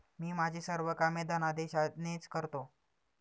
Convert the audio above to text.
मी माझी सर्व कामे धनादेशानेच करतो